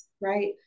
right